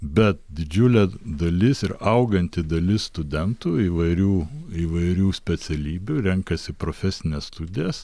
bet didžiulė dalis ir auganti dalis studentų įvairių įvairių specialybių renkasi profesines studijas